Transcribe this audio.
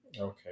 Okay